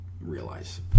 realize